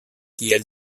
kiel